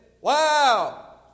Wow